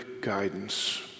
guidance